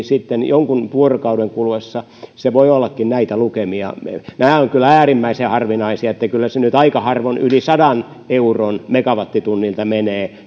sitten jonkun vuorokauden kuluessa se voi ollakin näitä lukemia nämä ovat kyllä äärimmäisen harvinaisia kyllä se nyt aika harvoin yli sadan euron megawattitunnilta menee